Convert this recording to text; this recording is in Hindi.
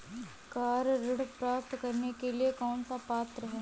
कार ऋण प्राप्त करने के लिए कौन पात्र है?